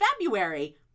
February